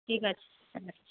ঠিক আছে